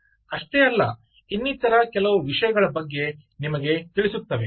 ಅಷ್ಟೇ ಅಲ್ಲ ಇನ್ನಿತರ ಕೆಲವು ವಿಷಯಗಳ ಬಗ್ಗೆ ನಿಮಗೆ ತಿಳಿಸುತ್ತವೆ